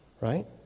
right